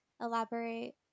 elaborate